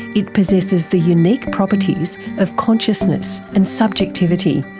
it possesses the unique properties of consciousness and subjectivity.